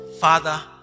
father